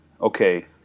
Okay